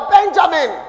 Benjamin